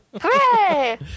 Hooray